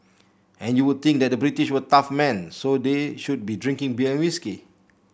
and you would think that the British were tough men so they should be drinking beer and whisky